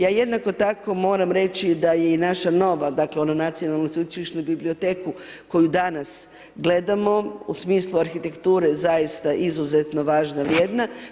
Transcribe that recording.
Ja jednako tako moram reći da je i naša nova, dakle, onu Nacionalnu sveučilišnu biblioteku koju danas gledamo u smislu arhitekture zaista izuzetno važna, vrijedna.